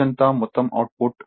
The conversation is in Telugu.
రోజంతా మొత్తం అవుట్పుట్